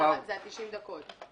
שזה ה-90 דקות.